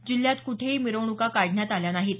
जिल्ह्यात कुठंही मिरवणुका काढण्यात आल्या नाहीत